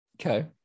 Okay